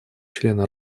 члена